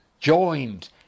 Joined